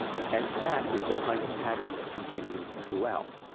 and that is the kind of pattern that continued throughout.